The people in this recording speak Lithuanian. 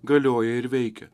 galioja ir veikia